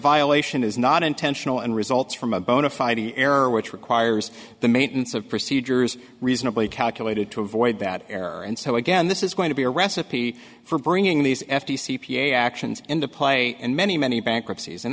violation is not intentional and results from a bona fide an error which requires the maintenance of procedures reasonably calculated to avoid that error and so again this is going to be a recipe for bringing these f t c p a actions into play and many many bankruptcies and